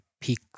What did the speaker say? peak